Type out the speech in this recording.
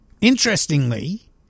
Interestingly